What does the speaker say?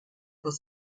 was